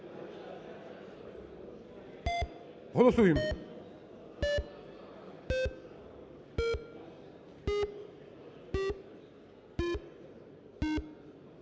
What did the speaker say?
Голосуємо.